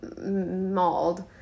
mauled